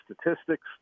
statistics